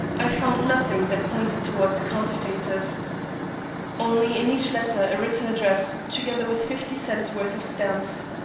i found nothing that pointed toward the counterfeiters only in each letter a written address, together with fifty cents' worth of stamps.